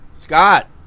Scott